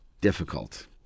difficult